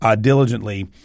diligently